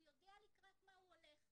הוא יודע לקראת מה הוא הולך.